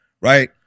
right